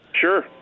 Sure